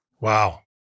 Wow